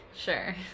Sure